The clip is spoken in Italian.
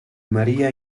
maria